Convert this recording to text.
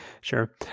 sure